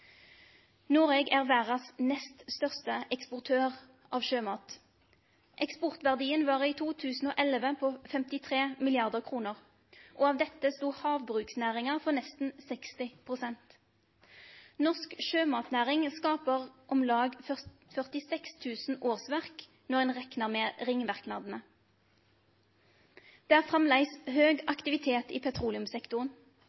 Noreg er verdas nest største eksportør av sjømat. Eksportverdien var i 2011 på 53 mrd. kroner, og av dette stod havbruksnæringa for nesten 60 pst. Norsk sjømatnæring skaper om lag 46 000 årsverk, når ein reknar med ringverknadene. Det er framleis høg